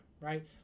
right